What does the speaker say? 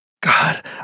God